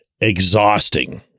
exhausting